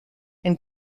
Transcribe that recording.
and